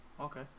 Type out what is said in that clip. okay